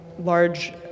large